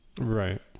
right